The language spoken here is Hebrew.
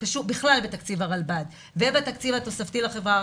בכלל בתקציב הרלב"ד ובתקציב התוספתי לחבר הערבית,